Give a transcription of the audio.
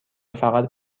فقط